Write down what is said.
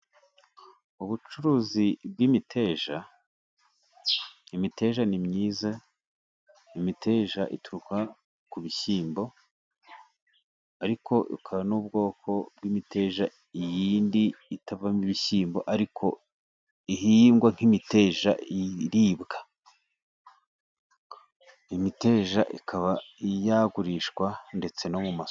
Ubucuruzi bw'imiteja, imiterere ni myiza, imiteja ituruka ku bishyimbo, ariko hakaba n'ubwoko bw'imiteja iyindi itavamo ibishyimbo ariko ihingwa nk'imiteja iribwa. Imiteja ikaba yagurishwa ndetse no mu masoko.